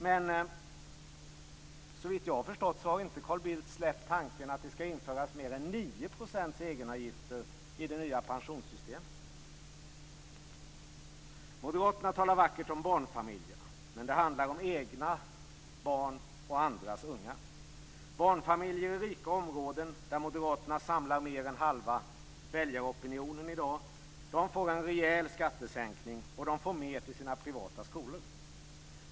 Men såvitt jag har förstått har inte Carl Bildt släppt tanken att det skall införas mer än 9 % egenavgifter i det nya pensionssystemet. Moderaterna talar vackert om barnfamiljerna, men det handlar om egna barn och andras ungar. Barnfamiljer i rika områden, där moderaterna samlar mer än halva väljaropinionen, får en rejäl skattesänkning och de får mera till sina privata skolor.